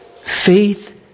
Faith